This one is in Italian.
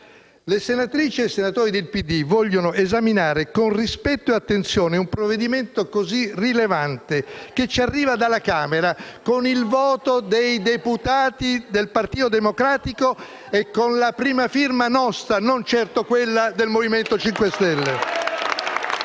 Le senatrici e i senatori del PD vogliono esaminare con rispetto ed attenzione un provvedimento così rilevante che ci arriva dalla Camera con il voto dei deputati del Partito Democratico e con la prima firma nostra, e non certo quella del Movimento 5 Stelle.